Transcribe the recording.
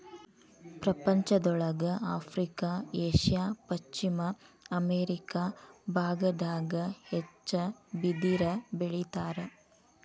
ಪ್ರಪಂಚದೊಳಗ Africa Asia ಪಶ್ಚಿಮ America ಬಾಗದಾಗ ಹೆಚ್ಚ ಬಿದಿರ ಬೆಳಿತಾರ